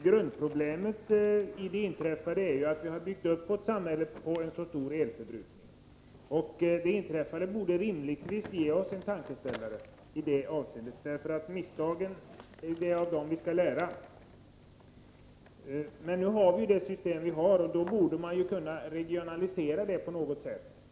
Herr talman! Grundproblemet är att vi har byggt upp vårt samhälle på en mycket stor elförbrukning. Det inträffade borde rimligtvis ge oss en tankeställare i det avseendet, för det är ju av misstagen vi skall lära. Det system vi har borde vi nu kunna regionalisera på något sätt.